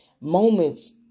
moments